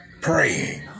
praying